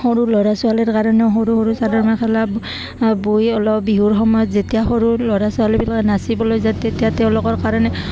সৰু ল'ৰা ছোৱালীৰ কাৰণেও সৰু সৰু চাদৰ মেখেলা বৈ অলপ বিহুৰ সময়ত যেতিয়া সৰু ল'ৰা ছোৱালীবিলাক নাচিবলৈ যায় তেতিয়া তেওঁলোকৰ কাৰণে